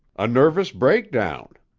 a nervous breakdown.